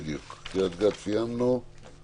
אני אשמח אם